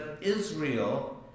Israel